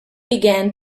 began